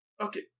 Okay